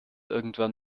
irgendwann